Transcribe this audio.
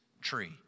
tree